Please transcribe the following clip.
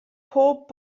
pob